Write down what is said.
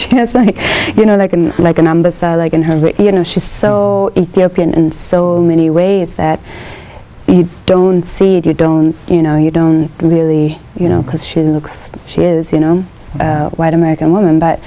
she was like you know like in like a number like in her you know she's so so many ways that you don't see it you don't you know you don't really you know because she looks she is you know white american woman but